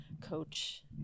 coach